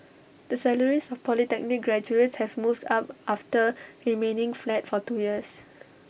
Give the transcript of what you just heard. the salaries of polytechnic graduates have moved up after remaining flat for two years